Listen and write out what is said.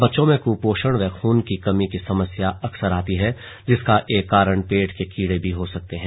बच्चों में कुपोषण व खून की कमी की समस्या अक्सर आती है जिसका एक कारण पेट के कीड़े भी हो संकते हैं